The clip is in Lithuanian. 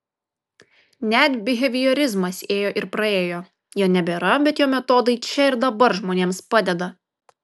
net biheviorizmas ėjo ir praėjo jo nebėra bet jo metodai čia ir dabar žmonėms padeda